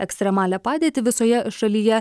ekstremalią padėtį visoje šalyje